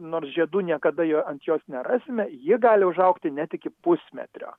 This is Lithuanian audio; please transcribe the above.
nors žiedų niekada jo ant jos nerasime ji gali užaugti net iki pusmetrio